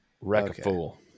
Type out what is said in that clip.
Wreck-a-fool